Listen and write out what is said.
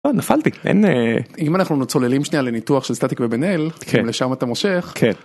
נפלתי אם אנחנו צוללים שניה לניתוח של סטטיק ובן אל לשם אתה מושך.